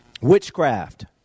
witchcraft